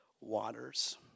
waters